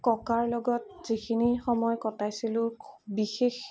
ককাৰ লগত যিখিনি সময় কটাইছিলোঁ বিশেষ